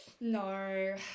no